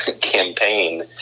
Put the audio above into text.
campaign